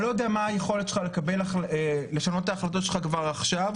אני לא יודע מה היכולת שלך לשנות את ההחלטות שלך כבר עכשיו,